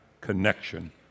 connection